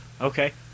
Okay